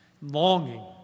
Longing